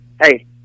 hey